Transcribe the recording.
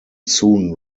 soon